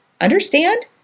Understand